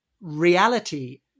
reality